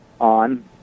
on